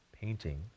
painting